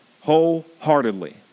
wholeheartedly